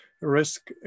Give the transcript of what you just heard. risk